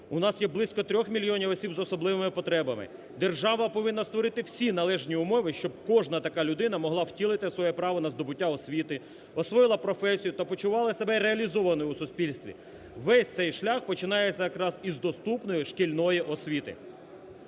У нас є близько 3 мільйонів осіб з особливими потребами, держава повинна створити всі належні умови, щоб кожна така людина могла втілити своє право на здобуття освіти, освоїла професію та почувала себе реалізованою у суспільстві. Весь цей шлях починається якраз із доступної шкільної освіти.